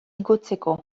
igotzeko